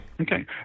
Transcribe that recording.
Okay